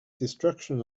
destruction